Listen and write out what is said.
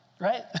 right